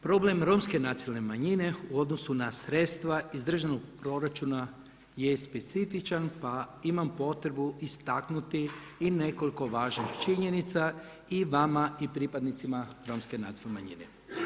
Problem romske nacionalne manjine u odnosu na sredstva iz državnog proračuna je specifičan pa imam potrebu istaknuti i nekoliko važnih činjenica i vama i pripadnicima romske nacionalne manjine.